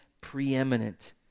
preeminent